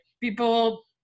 people